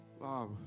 Wow